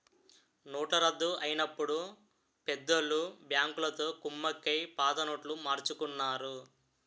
నోట్ల రద్దు అయినప్పుడు పెద్దోళ్ళు బ్యాంకులతో కుమ్మక్కై పాత నోట్లు మార్చుకున్నారు